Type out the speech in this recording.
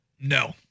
No